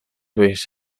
durch